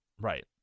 Right